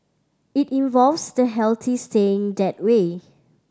it involves the healthy staying that way